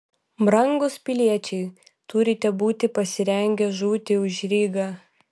brangūs piliečiai turite būti pasirengę žūti už rygą